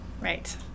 Right